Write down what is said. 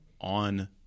on